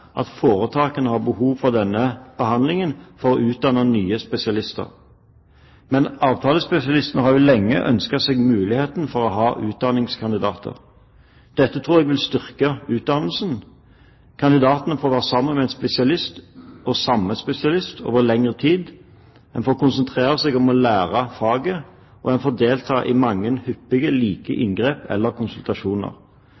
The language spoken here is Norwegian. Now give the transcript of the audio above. at foretakene har behov for denne behandlingen for å utdanne nye spesialister. Men avtalespesialistene har jo lenge ønsket seg muligheten for å ha utdanningskandidater. Dette tror jeg vil styrke utdannelsen. Kandidatene får være sammen med en spesialist – og samme spesialist – over lengre tid. En får konsentrere seg om å lære faget, og en får delta i mange hyppige like